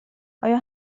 آیا